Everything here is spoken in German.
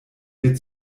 dir